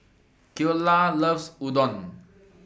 Cleola loves Udon